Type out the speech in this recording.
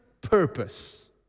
purpose